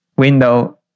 Window